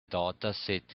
dataset